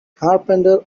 carpenter